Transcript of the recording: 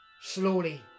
slowly